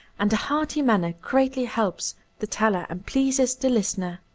and a hearty manner greatly helps the teller and pleases the listener.